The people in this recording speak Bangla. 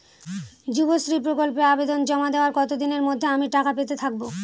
যুবশ্রী প্রকল্পে আবেদন জমা দেওয়ার কতদিনের মধ্যে আমি টাকা পেতে থাকব?